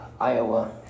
iowa